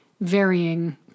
varying